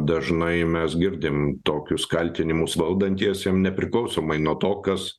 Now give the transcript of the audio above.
dažnai mes girdim tokius kaltinimus valdantiesiem nepriklausomai nuo to kas